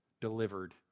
delivered